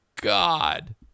God